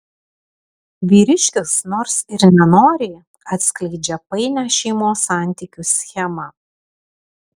vyriškis nors ir nenoriai atskleidžia painią šeimos santykių schemą